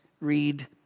read